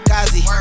Kazi